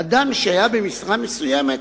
אדם שהיה במשרה מסוימת,